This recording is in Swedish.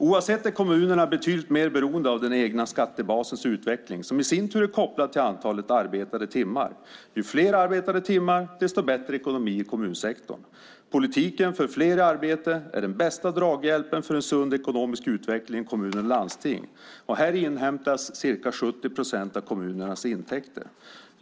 Oavsett det är kommunerna betydligt mer beroende av den egna skattebasens utveckling som i sin tur är kopplad till antalet arbetade timmar - ju fler arbetade timmar, desto bättre ekonomi i kommunsektorn. En politik för fler i arbete är den bästa draghjälpen för en sund ekonomisk utveckling i kommuner och landsting. Här inhämtas ca 70 procent av kommunernas intäkter.